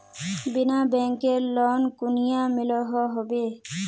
बिना बैंकेर लोन कुनियाँ मिलोहो होबे?